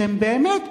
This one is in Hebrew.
שהם באמת,